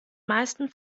meisten